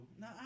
No